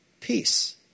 peace